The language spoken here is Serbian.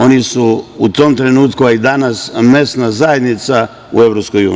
Oni su u tom trenutku, a i danas, mesna zajednica u EU.